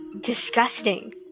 disgusting